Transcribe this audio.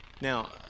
Now